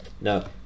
no